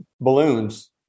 balloons